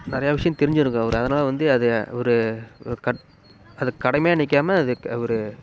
நிறையா விஷயோம் தெரிஞ்சிருக்கும் அவர் அதனால வந்து அது அவரு கட் அதை கடமையாக நினைக்காம அதுக்கு அவரு